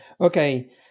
okay